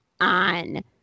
on